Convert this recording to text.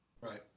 right